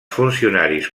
funcionaris